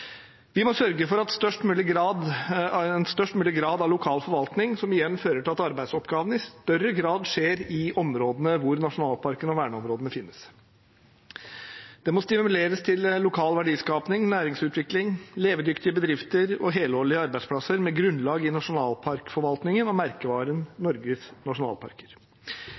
Vi må sørge for størst mulig grad av lokal forvaltning, som igjen fører til at arbeidsoppgavene i større grad skjer i områdene hvor nasjonalparkene og verneområdene finnes. Det må stimuleres til lokal verdiskaping, næringsutvikling, levedyktige bedrifter og helårige arbeidsplasser med grunnlag i nasjonalparkforvaltningen og merkevaren Norges nasjonalparker.